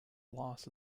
loss